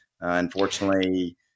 unfortunately